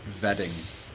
vetting